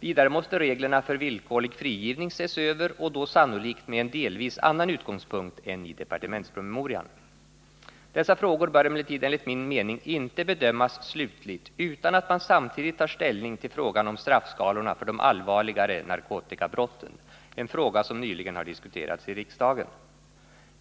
Vidare måste reglerna för villkorlig frigivning ses över och då sannolikt med en delvis annan utgångspunkt än i departementspromemorian. Dessa frågor bör emellertid enligt min mening inte bedömas slutligt utan att man samtidigt tar ställning till frågan om straffskalorna för de allvarligare narkotikabrotten, en fråga som nyligen har diskuterats i riksdagen .